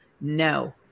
No